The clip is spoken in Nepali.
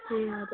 ए हजर